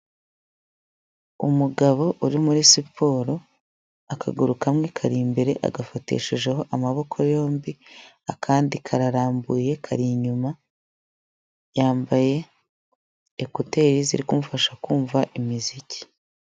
Umugabo uri muri siporo akaguru kamwe kari imbere agafatisheho amaboko yombi, akandi kararambuye kari inyuma yambaye ekuteri ziri kumfasha kumva imiziki.